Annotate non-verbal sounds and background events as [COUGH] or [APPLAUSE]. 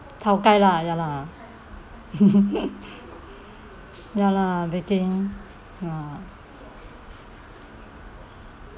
tao kai lah ya lah [LAUGHS] ya lah baking hmm